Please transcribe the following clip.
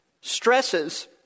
stresses